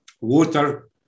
water